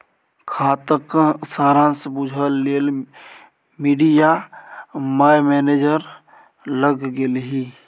खाताक सारांश बुझय लेल मिरिया माय मैनेजर लग गेलीह